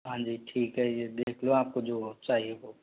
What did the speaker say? हाँ जी ठीक है ये देख लो आपको जो चाहिए